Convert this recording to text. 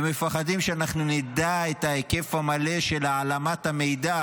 הם מפחדים שאנחנו נדע את ההיקף המלא של העלמת המידע